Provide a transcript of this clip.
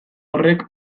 horrek